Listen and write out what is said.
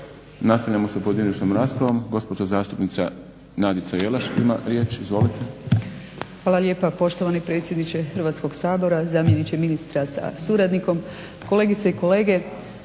Nastavljamo sa pojedinačnom raspravom. Gospođa zastupnica Nadica Jelaš ima riječ. Izvolite. **Jelaš, Nadica (SDP)** Hvala lijepa poštovani predsjedniče Hrvatskog sabora. Zamjeniče ministra sa suradnikom, kolegice i kolege.